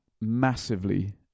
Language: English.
massively